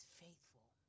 faithful